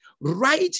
right